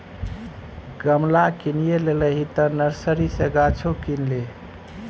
गमला किनिये लेलही तँ नर्सरी सँ गाछो किन ले